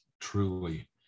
truly